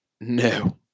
No